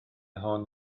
hon